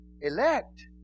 Elect